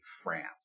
France